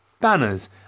banners